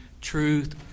truth